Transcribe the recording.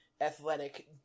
athletic